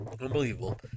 Unbelievable